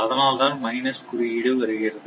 அதனால்தான் மைனஸ் குறியீடு வருகிறது